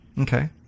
Okay